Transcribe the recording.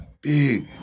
Big